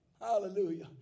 Hallelujah